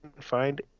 find